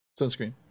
sunscreen